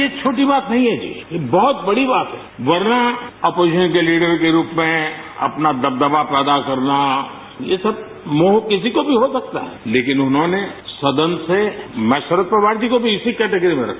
ये छोटी बात नहीं है जी ये बहुत बड़ी बात है वरना अपोजिशन के लिए कई कई रूप में अपना दब दबा पैदा करना ये सब मोह किसी को भी हो सकता है लेकिन उन्होंने सदन से मैं शरद पवार जी को भी इसी कैटेगरी में रखा